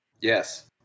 yes